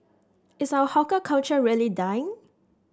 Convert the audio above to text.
is our hawker culture really dying